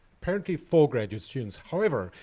twenty four graduate students, however,